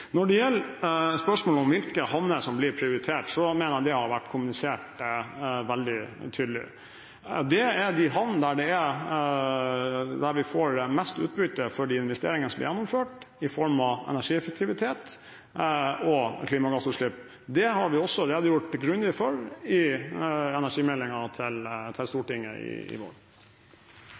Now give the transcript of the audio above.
Når det gjelder spørsmålet om hvilke havner som blir prioritert, mener jeg at det har vært kommunisert veldig tydelig. Det er de havnene der vi får mest utbytte av de investeringene som blir gjennomført, i form av energieffektivitet og reduserte klimagassutslipp. Det har vi også redegjort grundig for i energimeldingen til Stortinget i vår.